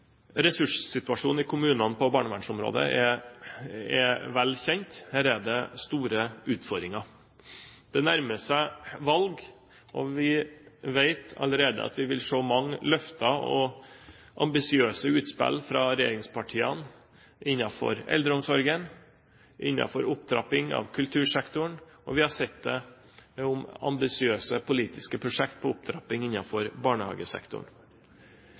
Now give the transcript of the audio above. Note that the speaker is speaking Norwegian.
Ressurssituasjonen i kommunene på barnevernsområdet er vel kjent. Her er det store utfordringer. Det nærmer seg valg, og vi vet allerede at vi vil se mange løfter og ambisiøse utspill fra regjeringspartiene innenfor eldreomsorgen og innenfor opptrapping av kultursektoren, og vi har sett ambisiøse politiske prosjekter for opptrapping innenfor barnehagesektoren.